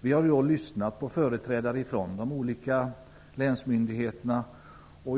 Vi har lyssnat på företrädare från de olika länsmyndigheterna.